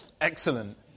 Excellent